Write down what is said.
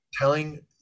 Telling